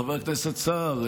חבר הכנסת סער.